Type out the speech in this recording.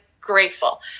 Grateful